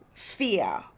fear